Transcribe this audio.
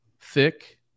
thick